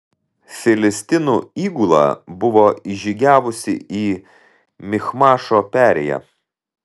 filistinų įgula buvo įžygiavusi į michmašo perėją